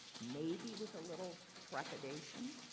maybe with a little trepidation,